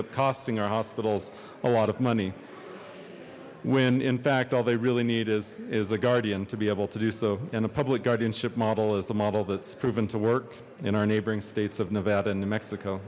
up costing our hospitals a lot of money when in fact all they really need is is a guardian to be able to do so and a public guardianship model as a model that's proven to work in our neighboring states of nevada and new mexico